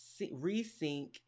resync